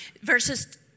Verses